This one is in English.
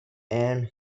and